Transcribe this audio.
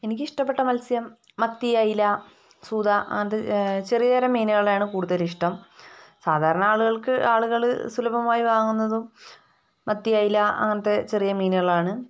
എനിക്ക് ഇഷ്ടപ്പെട്ട മത്സ്യം മത്തി അയല ചൂര അങ്ങനത്തെ ചെറിയതരം മീനുകളെയാണ് കൂടുതൽ ഇഷ്ടം സാധാരണ ആളുകൾക്ക് ആളുകൾ സുലഭമായി വാങ്ങുന്നതും മത്തി അയല അങ്ങനത്തെ ചെറിയ മീനുകളാണ്